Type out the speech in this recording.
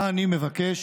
אני מבקש